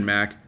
Mac